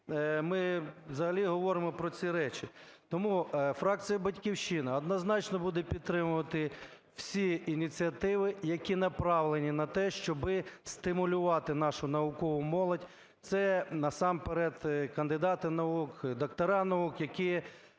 ми взагалі говоримо про ці речі? Тому фракція "Батьківщина", однозначно, буде підтримувати всі ініціативи, які направлені на те, щоб стимулювати нашу наукову молодь. Це насамперед кандидати наук, доктора наук, які є